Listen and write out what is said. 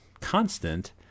constant